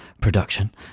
production